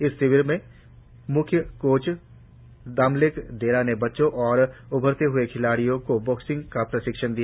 इस शिविर में प्रम्ख कोच दामलेक देरा ने बच्चों और उभरने हए खिलाड़ियों को बॉक्सिंग का प्रशिक्षण दिया